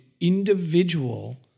individual